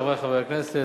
חברי חברי הכנסת,